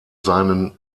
seinen